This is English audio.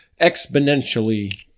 exponentially